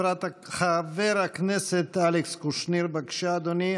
חבר הכנסת אלכס קושניר, בבקשה, אדוני.